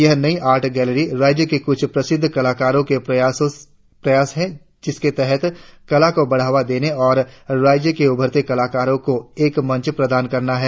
यह नई art gallery राज्य के कुछ प्रसिद्ध कलाकारों के प्रयास है जिसके तहत कला को बढ़ावा देने और राज्य के उभरते कलाकारों को एक मंच प्रदान करना है